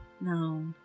No